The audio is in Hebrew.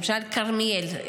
למשל כרמיאל,